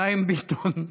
חיים ביטון.